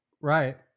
Right